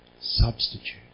substitute